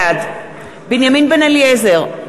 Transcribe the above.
בעד בנימין בן-אליעזר,